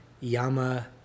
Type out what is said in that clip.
Yama